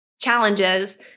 challenges –